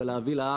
הכשרה והבאה לארץ